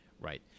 Right